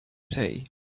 tea